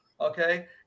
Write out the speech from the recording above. okay